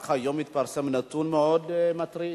רק היום התפרסם נתון מאוד מטריד: